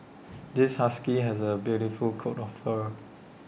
this husky has A beautiful coat of fur